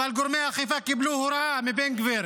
אבל גורמי האכיפה קיבלו הוראה מבן גביר